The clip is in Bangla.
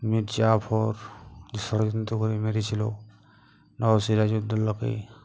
মীর জাফর ষড়যন্ত্র করে মেরেছিল নবাব সিরাজউদ্দৌলাকে